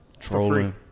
trolling